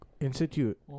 Institute